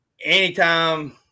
anytime